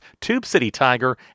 TubeCityTiger